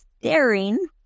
staring